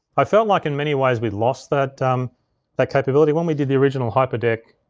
i felt like in many ways, we'd lost that um that capability. when we did the original hyperdeck